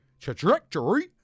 Trajectory